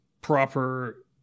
proper